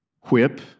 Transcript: whip